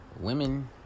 women